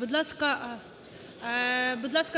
Будь ласка,